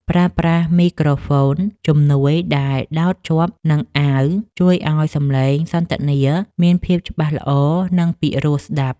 ប្រើប្រាស់មីក្រូហ្វូនជំនួយដែលដោតជាប់នឹងអាវជួយឱ្យសំឡេងសន្ទនាមានភាពច្បាស់ល្អ និង ពីរោះស្ដាប់។